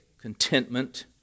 contentment